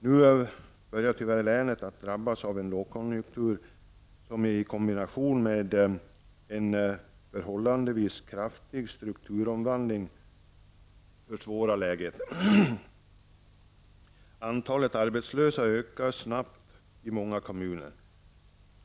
Nu börjar, tyvärr, länet att drabbas av en lågkonjunktur som i kombination med en förhållandevis kraftig strukturomvandling försvårar läget. Antalet arbetslösa ökar snabbt i många kommuner.